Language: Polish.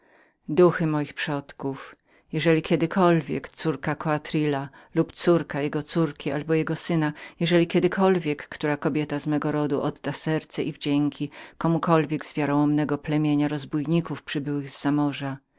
duchy moich przodków jeżeli kiedykolwiek córka koatrila lub córka jego córki albo jego syna jeżeli kiedykolwiek która kobieta z mego rodu odda serce i wdzięki zdradliwemu zdobywcy jeżeli między kobietami z